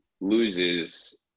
loses